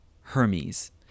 Hermes